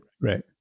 Right